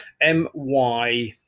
M-Y